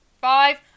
Five